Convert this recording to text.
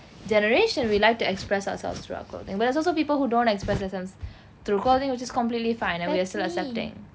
generation we like to express ourselves through our clothing but there's also people who don't express themselves through clothing which is completely fine and we are still accepting